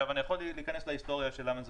אני יכול להיכנס להיסטוריה ולומר למה זה